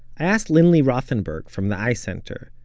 i asked lynlley rothenberg, from the icenter,